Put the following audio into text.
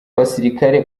abasirikare